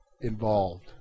involved